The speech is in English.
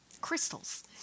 Crystals